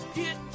get